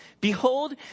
Behold